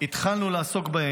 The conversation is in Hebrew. התחלנו לעסוק בהן